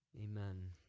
amen